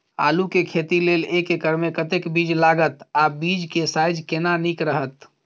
आलू के खेती लेल एक एकर मे कतेक बीज लागत आ बीज के साइज केना नीक रहत?